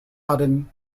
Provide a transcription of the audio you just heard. hutton